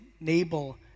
enable